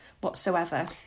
whatsoever